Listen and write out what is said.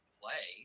play